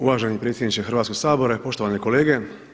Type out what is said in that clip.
Uvaženi predsjedniče Hrvatskoga sabora i poštovane kolege.